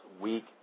weak